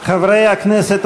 חברי הכנסת,